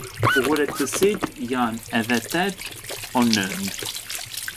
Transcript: Kulluret të syte jan edhe tetë o nëndë